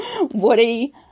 Woody